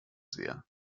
sehr